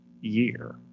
year